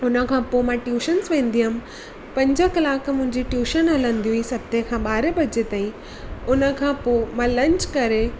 हुन खां पोइ मां ट्यूशन वेंदी हुयमि पंज कलाक मुंहिंजी ट्यूशन हलंदी हुई सते खां ॿारहे बजे ताईं हुन खां पोइ मां लंच करे